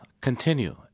continue